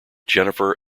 jennifer